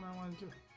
one do a